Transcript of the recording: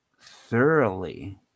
Thoroughly